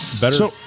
better